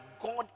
God